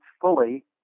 fully